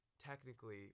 technically